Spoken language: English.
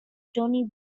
tony